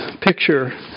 picture